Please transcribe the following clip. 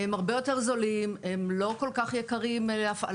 הם הרבה יותר זולים, הם לא כל כך יקרים להפעלה.